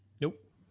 Nope